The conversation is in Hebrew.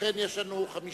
ולכן יש לנו חמש